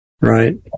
right